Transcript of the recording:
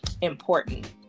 important